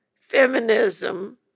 feminism